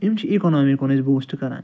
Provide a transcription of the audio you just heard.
یِم چھِ اِکونامی کُن اسہِ بوٗسٹہٕ کران